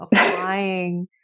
applying